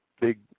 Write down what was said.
big